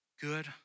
Good